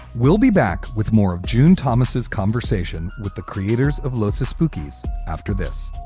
we'll be back with more of june thomas's conversation with the creators of lotus spookies after this